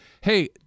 Hey